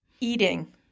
eating